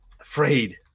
afraid